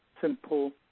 simple